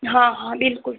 हाँ हाँ बिल्कुल